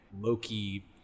Loki